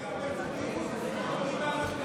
גם בן זוגי יהודי לפי ההלכה וגם אני יהודי לפי ההלכה.